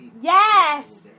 Yes